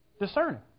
Discerning